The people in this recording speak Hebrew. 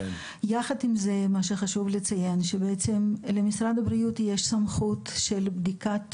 יחד עם זה חשוב לציין שלמשרד הבריאות יש סמכות של בדיקת